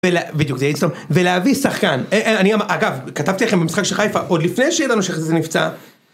...בדיוק... ולהביא שחקן, אגב, כתבתי לכם במשחק של חיפה, עוד לפני שידענו שחזי נפצע